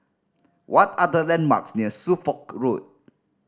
what are the landmarks near Suffolk Road